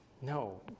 No